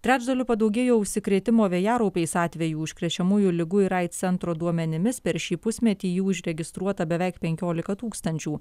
trečdaliu padaugėjo užsikrėtimo vėjaraupiais atvejų užkrečiamųjų ligų ir aids centro duomenimis per šį pusmetį jų užregistruota beveik penkiolika tūkstančių